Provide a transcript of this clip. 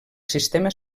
sistema